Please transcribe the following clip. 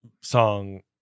song